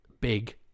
big